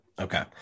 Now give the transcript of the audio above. Okay